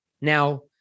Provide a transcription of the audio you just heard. Now